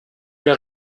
mehr